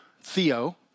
Theo